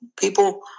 People